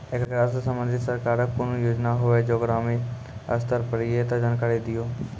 ऐकरा सऽ संबंधित सरकारक कूनू योजना होवे जे ग्रामीण स्तर पर ये तऽ जानकारी दियो?